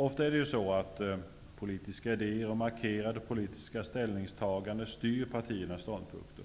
Ofta är det politiska idéer och markerade politiska ställningstaganden som styr partiernas ståndpunkter.